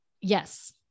Yes